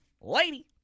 lady